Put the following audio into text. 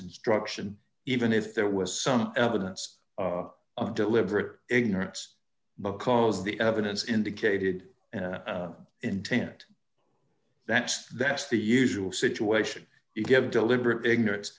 instruction even if there was some evidence of deliberate ignorance because the evidence indicated intent that that's the usual situation you give deliberate ignorance